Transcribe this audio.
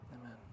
Amen